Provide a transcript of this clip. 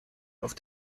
auf